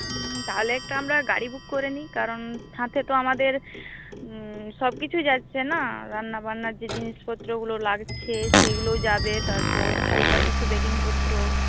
হুম তাহলে আমরা একটা গাড়ি বুক করে নিই কারণ হাতে তো আমাদের সব কিছুই যাচ্ছে না রান্না বান্না যে জিনিসপত্রগুলো লাগছে সেগুলোও যাবে তারপর হালকা কিছু বেডিংপত্র